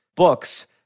books